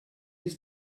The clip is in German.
ist